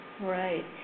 Right